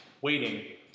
Waiting